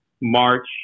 March